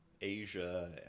Asia